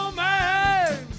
man